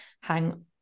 hang